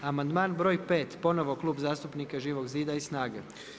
Amandman broj pet, ponovno Klub zastupnika Živog zida i SNAGA-e.